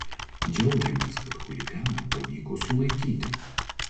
džiaugiamės kad chuliganą pavyko sulaikyti